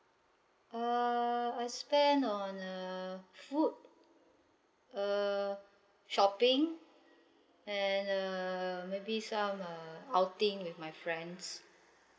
uh I spend on uh food uh shopping and uh maybe some uh outing with my friends